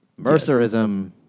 Mercerism